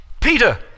Peter